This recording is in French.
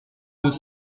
deux